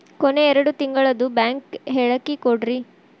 ಕೊನೆ ಎರಡು ತಿಂಗಳದು ಬ್ಯಾಂಕ್ ಹೇಳಕಿ ಕೊಡ್ರಿ